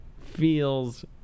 feels